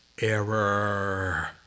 error